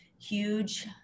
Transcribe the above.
Huge